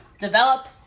develop